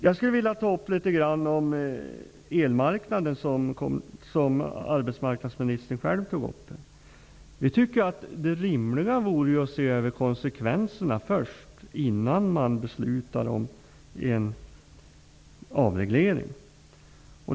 Jag skulle vilja ta upp elmarknaden, som arbetsmarknadsministern själv tog upp. Det rimliga vore enligt min uppfattning att se över konsekvenserna först, innan man beslutar om en avreglering.